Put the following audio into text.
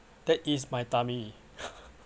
that is my tummy